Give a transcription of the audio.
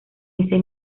ese